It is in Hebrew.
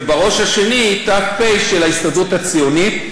ובראש השני היא ת"פ של ההסתדרות הציונית,